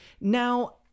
Now